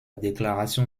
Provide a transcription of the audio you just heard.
déclaration